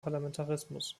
parlamentarismus